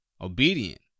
Obedient